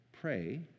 pray